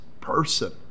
person